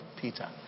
Peter